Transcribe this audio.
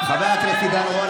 חבר הכנסת עידן רול,